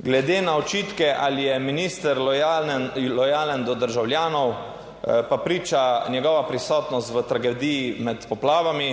Glede na očitke, ali je minister lojalen, lojalen do državljanov, pa priča njegova prisotnost v tragediji med poplavami,